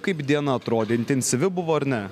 kaip diena atrodė intensyvi buvo ar ne